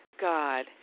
God